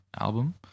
album